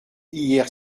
hier